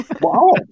Wow